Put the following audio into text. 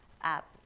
app